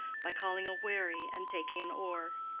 by calling a wherry and taking an oar.